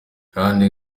kandi